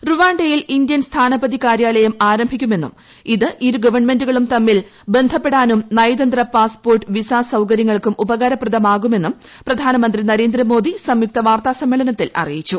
റുവാണ്ടയിൽ Indian സ്ഥാനപതി കാര്യാലയം ആരംഭിക്കുമെന്നും ഇത് ഇരു ഗവൺമെന്റുകളും തമ്മിൽ ബന്ധപ്പെടാന്തും നയതന്ത്ര പാസ്പോർട്ട് വിസ സൌകര്യങ്ങൾക്കും ഉപകാരപ്പിദ്മാ്കുമെന്ന് പ്രധാനമന്ത്രി നരേന്ദ്രമോദി സംയുക്ത വാർത്താ സൃമ്മേളനത്തിൽ അറിയിച്ചു